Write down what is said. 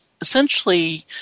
essentially